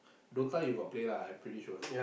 D_O_T_A you got play lah I'm pretty sure